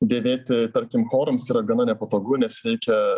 dėvėti tarkim chorams yra gana nepatogu nes čia